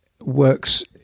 works